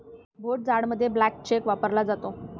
भोट जाडामध्ये blank cheque वापरला जातो